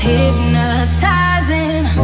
hypnotizing